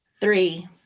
three